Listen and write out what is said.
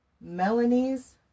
Melanie's